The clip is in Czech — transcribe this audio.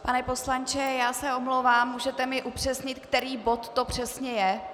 Pane poslanče, já se omlouvám, můžete mi upřesnit, který bod to přesně je?